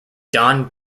don